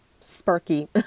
sparky